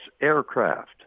aircraft